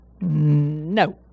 No